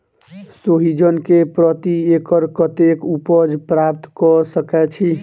सोहिजन केँ प्रति एकड़ कतेक उपज प्राप्त कऽ सकै छी?